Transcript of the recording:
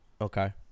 Okay